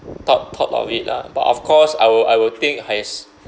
thought thought of it lah but of course I will I will think has